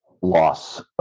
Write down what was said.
loss